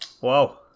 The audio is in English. Wow